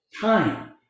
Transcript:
time